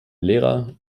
lehrer